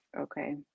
okay